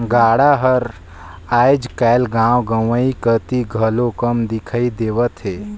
गाड़ा हर आएज काएल गाँव गंवई कती घलो कम दिखई देवत हे